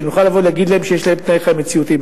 ונוכל לבוא ולהגיד להם שיש להם תנאי חיים מציאותיים.